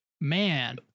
Man